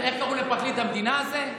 איך קראו לפרקליט המדינה הזה?